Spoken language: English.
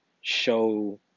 show